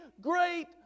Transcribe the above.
great